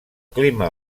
clima